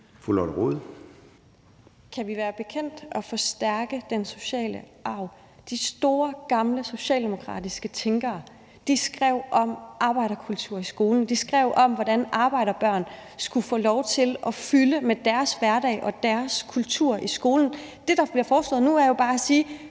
Rod (RV): Kan vi være bekendt at forstærke den sociale arv? De store, gamle socialdemokratiske tænkere skrev om arbejderkultur i skolen. De skrev om, hvordan arbejderbørn skulle få lov til at fylde med deres hverdag og deres kultur i skolen. Det, der bliver foreslået nu, er jo bare at sige: